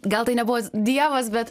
gal tai nebuvo dievas bet